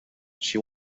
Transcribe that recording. she